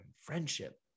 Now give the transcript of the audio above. Friendship